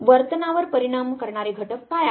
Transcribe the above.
वर्तनावर परिणाम करणारे घटक काय आहेत